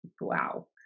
Wow